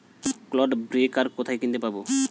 Clod breaker কোথায় কিনতে পাব?